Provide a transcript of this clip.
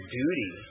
duty